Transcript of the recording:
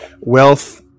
wealth